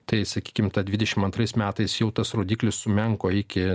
tai sakykim ta dvidešimt antrais metais jau tas rodiklis sumenko iki